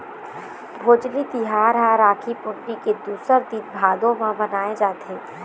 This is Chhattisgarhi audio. भोजली तिहार ह राखी पुन्नी के दूसर दिन भादो म मनाए जाथे